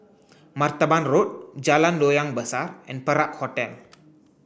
Martaban Road Jalan Loyang Besar and Perak Hotel